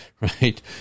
right